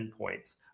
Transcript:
endpoints